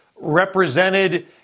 represented